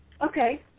Okay